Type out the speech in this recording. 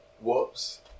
Whoops